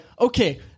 okay